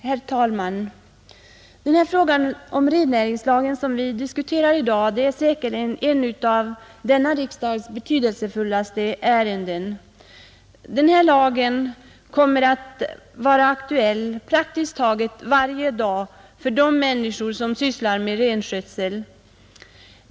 Herr talman! Det förslag till rennäringslag som vi diskuterar i dag är säkert ett av denna riksdags betydelsefullaste ärenden. Lagen kommer att vara aktuell praktiskt taget varje dag för de människor som sysslar med renskötsel.